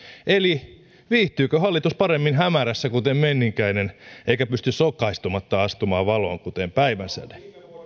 eli viihtyykö hallitus paremmin hämärässä kuten menninkäinen eikä pysty sokaistumatta astumaan valoon kuten päiväsäde